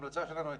ההמלצה שלנו הייתה,